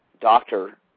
doctor